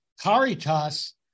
Caritas